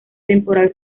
temporal